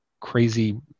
crazy